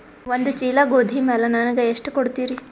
ಒಂದ ಚೀಲ ಗೋಧಿ ಮ್ಯಾಲ ನನಗ ಎಷ್ಟ ಕೊಡತೀರಿ?